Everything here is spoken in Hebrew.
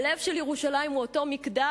הלב של ירושלים הוא אותו מקדש,